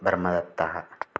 ब्रम्मदत्तः